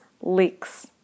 leaks